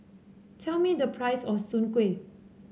tell me the price of Soon Kueh